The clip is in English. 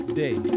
day